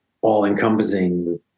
all-encompassing